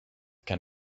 can